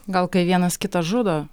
gal kai vienas kitą žudo